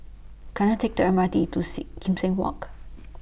Can I Take The M R T to See Kim Seng Walk